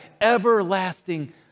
everlasting